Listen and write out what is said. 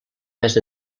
més